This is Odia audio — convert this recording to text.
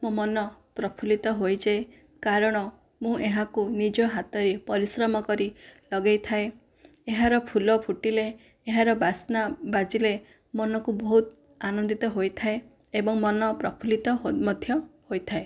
ମୋ ମନ ପ୍ରଫୁଲ୍ଲିତ ହୋଇଯାଏ କାରଣ ମୁଁ ଏହାକୁ ନିଜ ହାତରେ ପରିଶ୍ରମ କରି ଲଗାଇଥାଏ ଏହାର ଫୁଲ ଫୁଟିଲେ ଏହାର ବାସ୍ନା ବାଜିଲେ ମନକୁ ବହୁତ ଆନନ୍ଦିତ ହୋଇଥାଏ ଏବଂ ମନ ପ୍ରଫୁଲ୍ଲିତ ମଧ୍ୟ ହୋଇଥାଏ